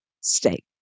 steak